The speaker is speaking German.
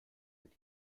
sind